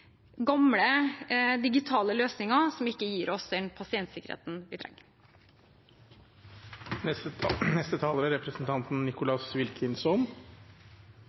gamle digitale løsninger som ikke gir oss den pasientsikkerheten vi